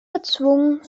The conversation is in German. gezwungen